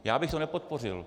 Já bych to nepodpořil.